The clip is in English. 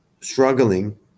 struggling